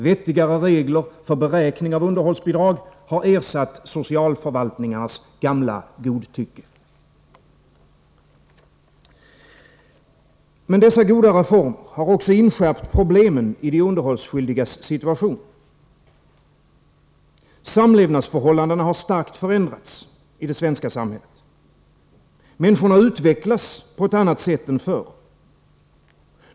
Vettigare regler för beräkning av underhållsbidrag har ersatt socialförvaltningarnas gamla godtycke. Men dessa goda reformer har också inskärpt problemen i de underhållsskyldigas situation. Samlevnadsförhållandena har starkt förändrats i det svenska samhället. Människorna utvecklas på ett annat sätt än förr.